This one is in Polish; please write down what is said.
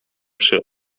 przy